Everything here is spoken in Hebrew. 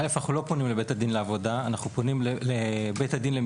אנו לא פונים לבית דין לעבודה אלא לבית